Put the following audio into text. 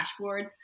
dashboards